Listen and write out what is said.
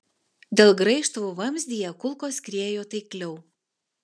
dėl graižtvų vamzdyje kulkos skriejo taikliau